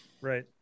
right